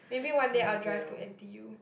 maybe one day I'll drive to n_t_u